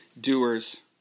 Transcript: doers